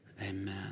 Amen